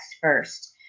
first